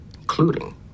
including